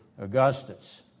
Augustus